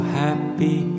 happy